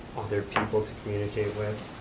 other people to communicate with,